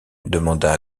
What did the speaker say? demanda